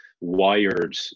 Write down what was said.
wired